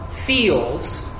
Feels